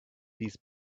these